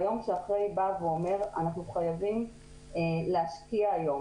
והיום שאחרי אומר שאנחנו חייבים להשקיע היום.